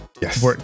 Yes